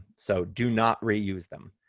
so do not reuse them.